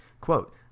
Quote